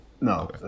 No